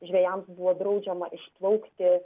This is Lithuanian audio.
žvejams buvo draudžiama išplaukti